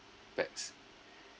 pax